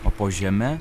o po žeme